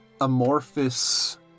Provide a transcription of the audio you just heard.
amorphous